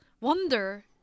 wonder